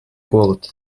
голод